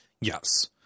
Yes